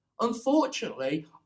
Unfortunately